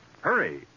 Hurry